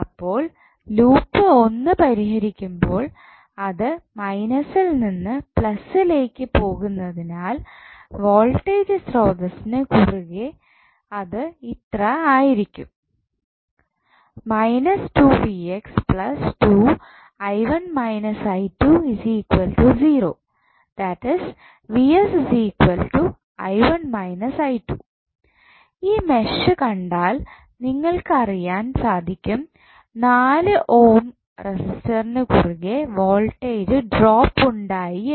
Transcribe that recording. അപ്പോൾ ലൂപ്പ് ഒന്ന് പരിഹരിക്കുമ്പോൾ അത് മൈനസ്സിൽ നിന്ന് പ്ലസി ലേക്ക് പോകുന്നതിനാൽ വോൾട്ടേജ് സ്രോതസ്സ്ന് കുറുകെ അത് ഇത്രആയിരിക്കും ഈ മെഷ് കണ്ടാൽ നിങ്ങൾക്ക് അറിയാൻ സാധിക്കും 4 ഓം റസിസ്റ്ററിനു കുറുകെ വോൾടേജ് ഡ്രോപ്പ് ഉണ്ടായി എന്ന്